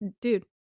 Dude